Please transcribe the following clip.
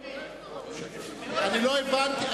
אני לא הבנתי.